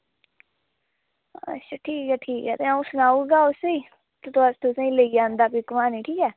अच्छा ठीक ऐ ठीक ऐ अंऊ कल्ल सनाई ओड़गा उसी ते भी तुसेंगी लेई जंदा घुमानै गी ठीक ऐ